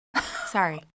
Sorry